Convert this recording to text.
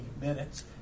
minutes